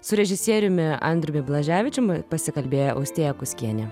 su režisieriumi andriumi blaževičium pasikalbėjo austėja kuskienė